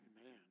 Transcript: Amen